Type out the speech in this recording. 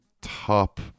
top